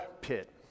pit